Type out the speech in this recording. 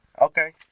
Okay